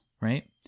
right